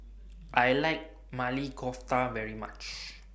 I like Maili Kofta very much